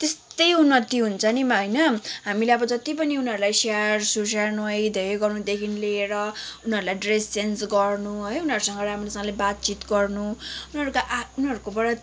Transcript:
त्यस्तै उन्नति हुन्छ नि मा होइन हामीले अब जत्ति पनि उनीहरूलाई स्याहार सुसार नुहाइ धुवाइ गर्नुदेखि लिएर उनीहरूलाई ड्रेस चेन्ज गर्नु है उनीहरूसँग राम्रोसँगले बातचित गर्नु उनीहरू आ उनीहरूकोबाट